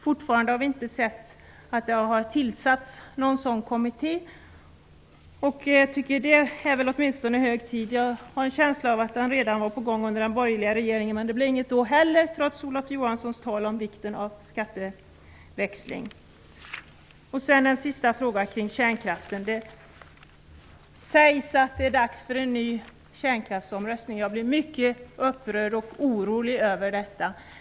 Fortfarande har vi inte sett att någon sådan kommitté har tillsatts. Det är hög tid. Jag har en känsla av att den var på gång redan under den borgerliga regeringen. Men det hände inte något då heller, trots Olof Johanssons tal om vikten av skatteväxling. Sedan har jag en fråga om kärnkraften. Det sägs att det är dags för en ny kärnkraftsomröstning. Jag blir mycket upprörd och orolig över detta.